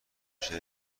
بشه